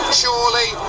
surely